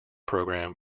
program